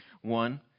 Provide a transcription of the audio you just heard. One